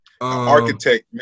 Architect